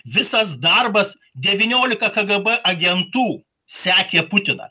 visas darbas devyniolika kgb agentų sekė putiną